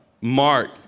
Mark